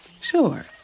Sure